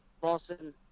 Boston